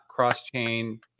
cross-chain